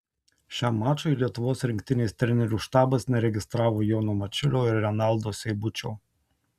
šiam mačui lietuvos rinktinės trenerių štabas neregistravo jono mačiulio ir renaldo seibučio